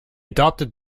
adopted